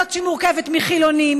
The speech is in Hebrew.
את זו שמורכבת מחילונים,